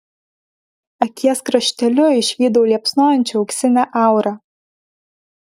akies krašteliu išvydau liepsnojančią auksinę aurą